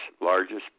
largest